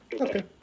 Okay